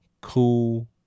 cool